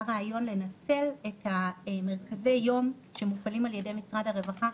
רעיון לנצל את מרכזי היום שמופעלים על ידי משרד הרווחה,